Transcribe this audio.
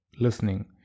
listening